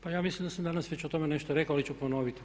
Pa ja mislim da sam danas već o tome nešto rekao, ali ću ponoviti.